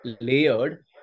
layered